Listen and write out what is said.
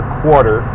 quarter